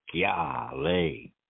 Golly